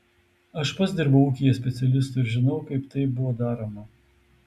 aš pats dirbau ūkyje specialistu ir žinau kaip tai buvo daroma